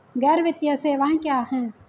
गैर वित्तीय सेवाएं क्या हैं?